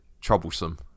troublesome